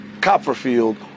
Copperfield